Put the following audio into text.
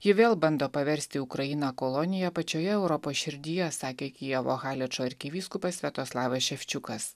ji vėl bando paversti ukrainą kolonija pačioje europos širdyje sakė kijevo haličo arkivyskupas sviatoslavas ševčiukas